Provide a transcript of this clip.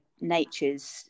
nature's